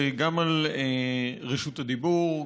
גם על רשות הדיבור,